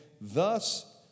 Thus